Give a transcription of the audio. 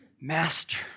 Master